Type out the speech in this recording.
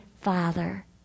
father